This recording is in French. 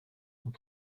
sont